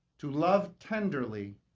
to love tenderly,